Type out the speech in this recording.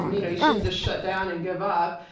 um you know you shouldn't just shut down and give up.